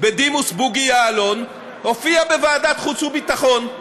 בדימוס בוגי יעלון, הופיע בוועדת חוץ וביטחון.